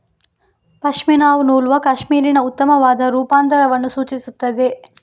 ಪಶ್ಮಿನಾವು ನೂಲುವ ಕ್ಯಾಶ್ಮೀರಿನ ಉತ್ತಮವಾದ ರೂಪಾಂತರವನ್ನು ಸೂಚಿಸುತ್ತದೆ